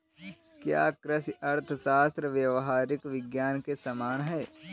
क्या कृषि अर्थशास्त्र व्यावहारिक विज्ञान के समान है?